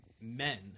men